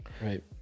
Right